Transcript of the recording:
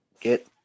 get